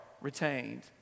retained